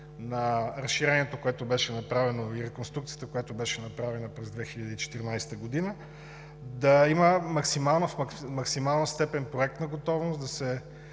на разширението, което беше направено, и реконструкцията, която беше направена през 2014 г., да има в максимална степен проектна готовност да се